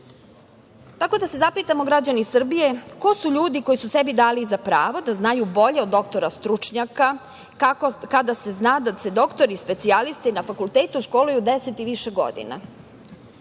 Tako da se zapitamo građani Srbije ko su ljudi koji su sebi dali za pravo da znaju bolje od doktora od stručnjaka, kada se zna da doktori i specijalisti na fakultetu školuju 10 i više godina